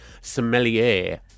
sommelier